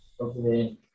okay